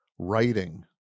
Writing